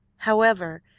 however,